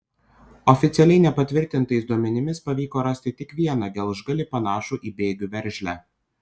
oficialiai nepatvirtintais duomenimis pavyko rasti tik vieną gelžgalį panašų į bėgių veržlę